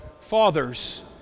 fathers